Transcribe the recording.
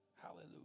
Hallelujah